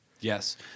Yes